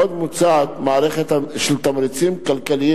עוד מוצעת מערכת של תמריצים כלכליים